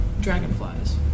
dragonflies